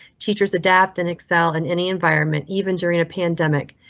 teachers adapt in excel in any environment, even during a pandemic.